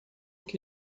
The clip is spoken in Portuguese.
que